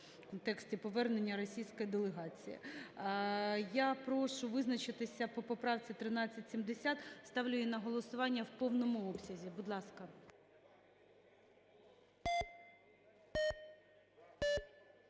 в контексті повернення російської делегації. Я прошу визначитися по поправці 1370. Ставлю її на голосування в повному обсязі. Будь ласка.